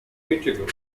integral